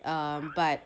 um but